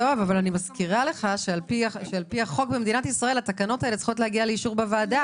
אני מזכירה שלפי החוק במדינת ישראל התקנות צריכות להגיע לאישור בוועדה.